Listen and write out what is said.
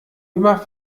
immer